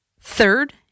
Third